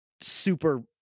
super